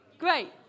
Great